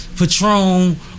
Patron